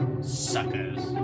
Suckers